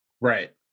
Right